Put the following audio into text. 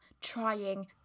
trying